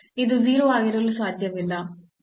ಇದು 0 ಆಗಿರಲು ಸಾಧ್ಯವಿಲ್ಲ